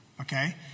Okay